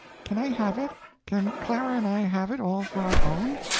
can i have it can clara and i have it all for our own?